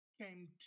came